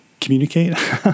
communicate